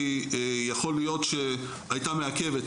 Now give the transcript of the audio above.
יכול להיות שהייתה מעכבת,